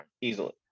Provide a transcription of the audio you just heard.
easily